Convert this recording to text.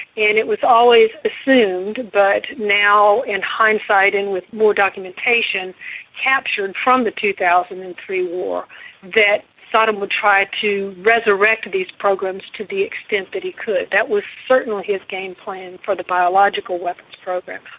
and it was always assumed but now in hindsight and with more documentation captured from the two thousand and three war that saddam would try to resurrect these programs to the extent that he could. that was certainly his game plan for the biological weapons program.